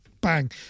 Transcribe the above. bang